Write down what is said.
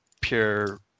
pure